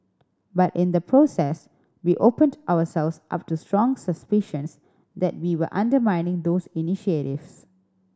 but in the process we opened ourselves up to strong suspicions that we were undermining those initiatives